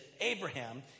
Abraham